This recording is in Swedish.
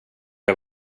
jag